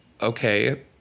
okay